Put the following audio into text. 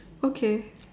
okay